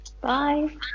Bye